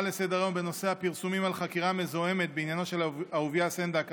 בנושא: הפרסומים על "חקירה מזוהמת" בעניינו של אהוביה סנדק,